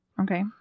Okay